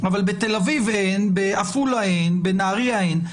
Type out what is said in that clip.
אבל בתל אביב אין, בעפולה אין, בנהריה אין.